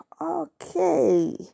okay